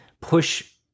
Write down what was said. push